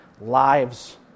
Lives